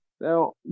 Now